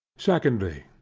secondly.